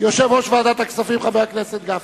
יושב-ראש ועדת הכספים, חבר הכנסת משה גפני.